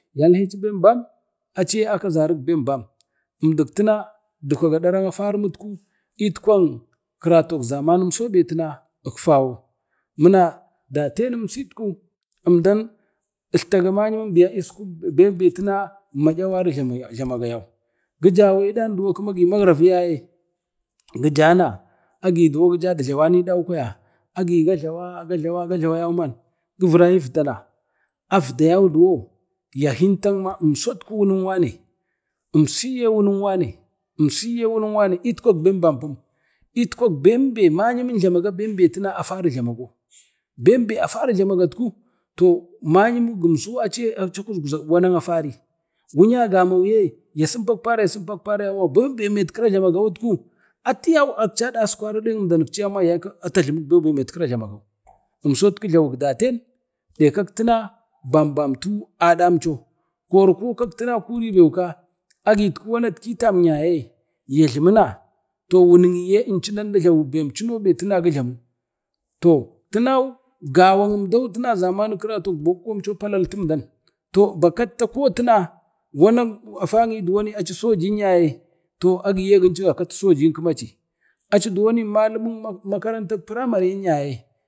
yal haci ben-bam a kazari ben-bam umduk tina dukwago dirak mayawarin etkwan karatu zamanum so be tin ekfaawo, mina daten numsitku emdan etletaga mayumin iskun bembe tina m yawari jlamaga yau, gijawe dan duwo gi magravu yaye gu jana a gija du jlawan i ɗau kwaya agi ga jlava-ga jlava yauman givirai ifda yauma ya hinta ma imso wunin wane, imsi ye wunin wane, imsi ye wunin wane itkwan ben ba num itkwan ben ben ma'yimu jlamaga ben-ben a faru jlamago ben-ben ma'yunu jlamago aci a kusguzan ben ben a faru jlamago wutla gamau ye ben ben metkira jlamagau ya simpap karaya simpap kara na ye hmta yaikam ben-ben metkira jlamagau catku jlawuk daten nek kak tina bam bamtu aɗamcho kori ko kak tina kuribeuka agiwutku wanatki tamyae ya jlumu na to wunuyi inchu tan ta jlamu bem cuno be gijlamu tina gawau emdau tina karatu boko palaltu emdau to bakatta ko tina wanan afanyi dowan aci sojin yaye to agi yee gincu ga kati sojin kima aci, aci duwon aci malamuk primaren yaye.